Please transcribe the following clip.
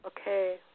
Okay